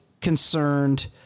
concerned